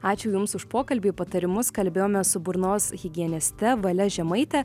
ačiū jums už pokalbį patarimus kalbėjome su burnos higieniste vale žemaite